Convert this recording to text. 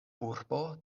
urbo